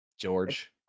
george